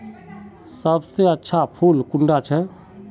सबसे अच्छा फुल कुंडा छै?